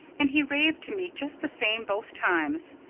and he raved to me just the same both times.